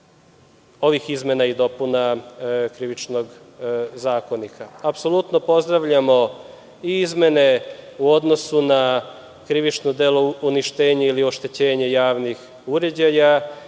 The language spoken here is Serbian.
izmena i dopuna Krivičnog zakonika. Apsolutno pozdravljamo i izmene u odnosu na krivično delo uništenje ili oštećenje javnih uređaja